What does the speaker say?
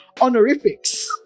honorifics